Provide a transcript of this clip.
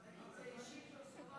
זה אישי, פרסונלי ושח'צי.